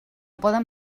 poden